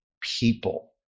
people